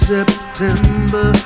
September